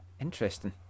Interesting